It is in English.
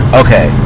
okay